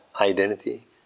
identity